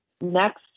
Next